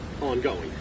ongoing